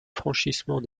franchissement